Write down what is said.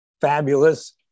Fabulous